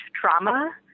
trauma